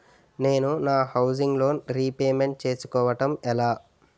నేను నా housing loan repayment చేసుకోవటం ఎలా?